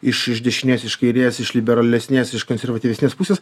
iš iš dešinės iš kairės iš liberalesnės iš konservatyvesnės pusės